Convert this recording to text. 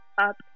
up